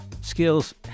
skills